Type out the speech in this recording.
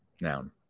Noun